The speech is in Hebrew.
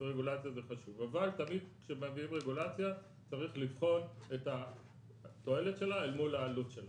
אבל תמיד כשמביאים רגולציה צריך לבחון את התועלת שלה אל מול העלות שלה.